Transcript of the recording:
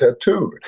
tattooed